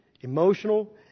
emotional